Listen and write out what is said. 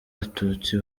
abatutsi